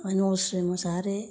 नलस्रि Mosahary